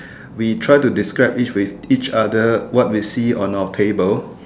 we try to describe each with each other what we see on our table